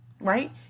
right